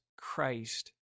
Christ